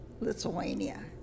lithuania